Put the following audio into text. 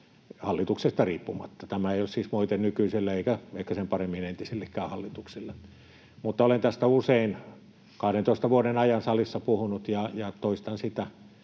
hallituksesta riippumatta. Tämä ei ole siis moite nykyiselle eikä sen paremmin entisillekään hallituksille, mutta olen tästä usein 12 vuoden ajan salissa puhunut ja toistan sitä